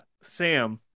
Sam